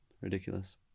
ridiculous